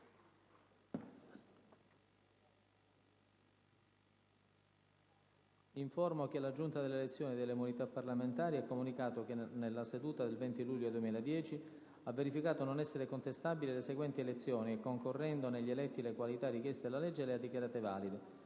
Informo che la Giunta delle elezioni e delle immunità parlamentare ha comunicato che, nella seduta del 20 luglio 2010, ha verificato non essere contestabili le seguenti elezioni e, concorrendo negli eletti le qualità richieste dalla legge, le ha dichiarate valide: